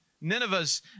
Nineveh's